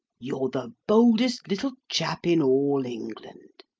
you're the boldest little chap in all england.